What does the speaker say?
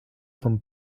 vom